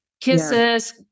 kisses